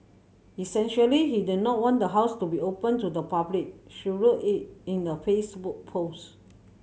essentially he did not want the house to be open to the public she wrote it in a Facebook post